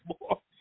more